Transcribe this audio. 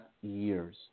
years